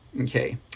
Okay